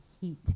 heat